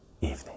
evening